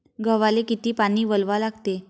गव्हाले किती पानी वलवा लागते?